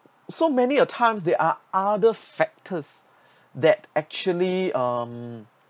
so many a times there are other factors that actually um